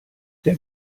der